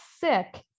sick